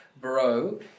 bro